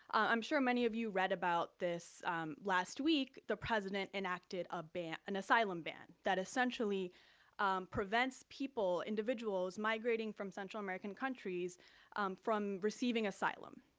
i'm sure many of you read about this last week, the president enacted a ban, an asylum ban, that essentially prevents people, individuals, migrating from central american countries from receiving asylum.